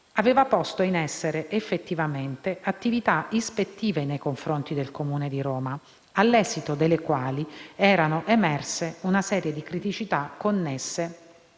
aveva posto in essere effettivamente attività ispettive nei confronti del Comune di Roma, all’esito delle quali era emersa una serie di criticità connesse